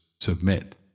submit